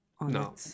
No